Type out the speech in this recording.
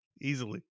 easily